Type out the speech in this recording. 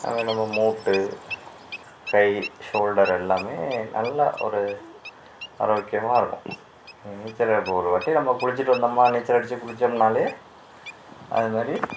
அ நம்ம மூட்டு கை ஷோல்டர் எல்லாமே நல்லா ஒரு ஆரோக்கியமாக இருக்கும் நீச்சல் இப்போ ஒரு வாட்டி நம்ம குளிச்சுட்டு வந்தோம்னா நீச்சல் அடிச்சு குளித்தோம்னாலே அது மாரி